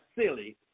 silly